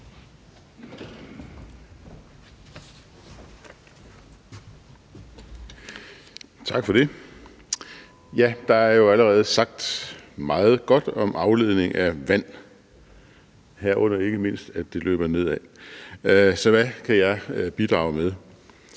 Tak for det. Der er jo allerede sagt meget godt om afledning af vand, herunder ikke mindst at det løber nedad. Så hvad kan jeg bidrage med?